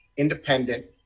Independent